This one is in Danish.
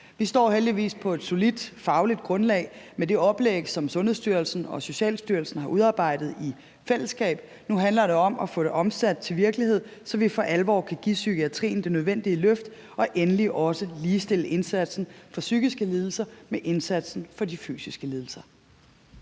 Vi står heldigvis på et solidt fagligt grundlag med det oplæg, som Sundhedsstyrelsen og Socialstyrelsen har udarbejdet i fællesskab. Nu handler det om at få det omsat til virkelighed, så vi for alvor kan give psykiatrien det nødvendige løft og endelig også ligestille indsatsen for psykiske lidelser med indsatsen for de fysiske lidelser.